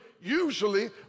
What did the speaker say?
usually